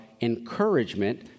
Encouragement